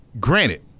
Granted